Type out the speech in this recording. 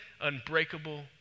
unbreakable